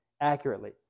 accurately